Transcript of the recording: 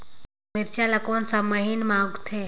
मिरचा ला कोन सा महीन मां उगथे?